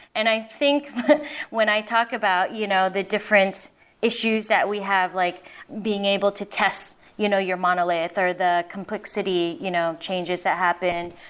and i think when i talk about you know the difference issues that we have like being able to test you know your monolith or the complexity you know changes that happen,